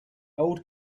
old